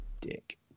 Dick